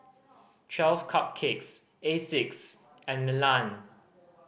Twelve Cupcakes Asics and Milan